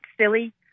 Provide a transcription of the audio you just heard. silly